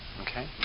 Okay